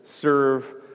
serve